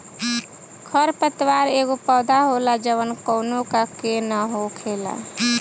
खर पतवार एगो पौधा होला जवन कौनो का के न हो खेला